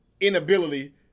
inability